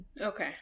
Okay